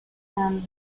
ann